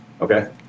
Okay